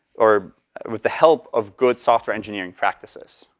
or with the help of good software engineering practices.